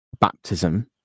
baptism